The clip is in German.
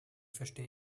verstehe